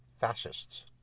fascists